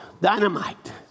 Dynamite